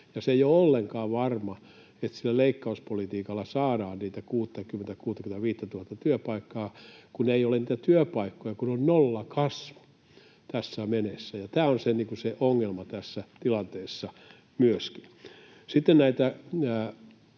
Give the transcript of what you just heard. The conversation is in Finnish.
Se ei ole ollenkaan varma, että sillä leikkauspolitiikalla saadaan ne 60 000—65 000 työpaikkaa, kun ei ole niitä työpaikkoja, kun on nollakasvu tässä veneessä, ja tämä on se ongelma tässä tilanteessa myöskin.